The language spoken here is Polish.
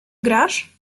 grasz